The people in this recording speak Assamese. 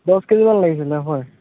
দহ কেজি মান লাগিছিলে হয়